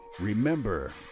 Remember